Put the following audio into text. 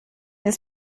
des